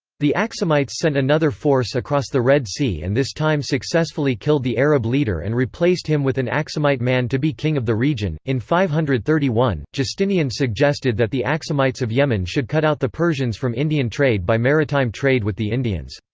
the axumites sent another force across the red sea and this time successfully killed the arab leader and replaced him with an axumite man to be king of the region in five hundred and thirty one, justinian suggested that the axumites of yemen should cut out the persians from indian trade by maritime trade with the indians.